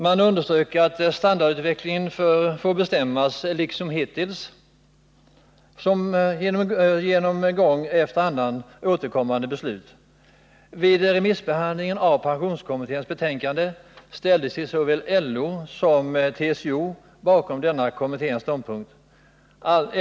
Man underströk att standardutvecklingen får bestämmas liksom hittills genom gång efter annan återkommande beslut. Vid remissbehandlingen av pensionskommitténs betänkande ställde sig såväl LO som TCO bakom denna kommitténs ståndpunkt.